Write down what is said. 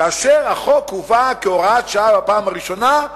כאשר החוק הובא כהוראת שעה בפעם הראשונה,